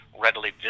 readily